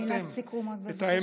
מילת סיכום, בבקשה.